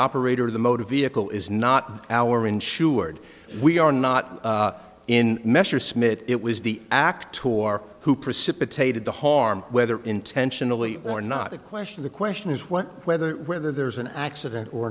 operator of the motor vehicle is not our insured we are not in messersmith it was the act who precipitated the harm whether intentionally or not the question the question is what whether whether there's an accident or